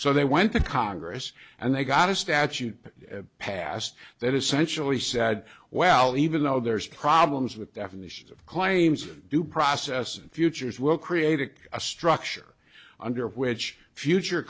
so they went to congress and they got a statute passed that essentially said well even though there's problems with definitions of claims due process and futures will created a structure under which future